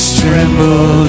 tremble